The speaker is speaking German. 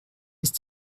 ist